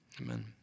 amen